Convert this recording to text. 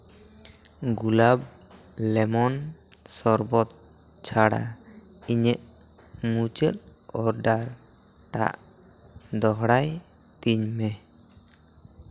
ᱜᱩᱞᱟᱯᱷ lemon ᱥᱚᱨᱵᱚᱛ ᱪᱷᱟᱲᱟ ᱤᱧᱟᱹᱜ ᱢᱩᱪᱟᱹᱫ ᱚᱰᱟᱨ ᱴᱟᱜ ᱫᱚᱦᱲᱟᱭ ᱛᱤᱧ ᱢᱮ